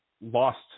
lost